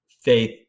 faith